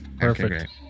perfect